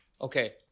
Okay